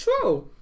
true